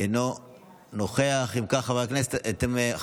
אינו נוכח, חבר הכנסת ואליד אלהואשלה, אינו נוכח.